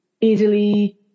easily